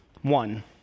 One